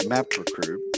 MapRecruit